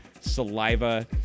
saliva